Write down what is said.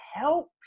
help